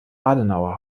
adenauer